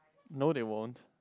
no they won't